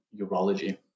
urology